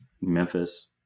Memphis